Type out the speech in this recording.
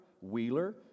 wheeler